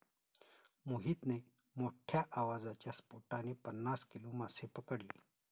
मोहितने मोठ्ठ्या आवाजाच्या स्फोटाने पन्नास किलो मासे पकडले